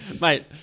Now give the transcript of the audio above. mate